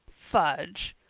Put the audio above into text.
fudge!